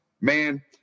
man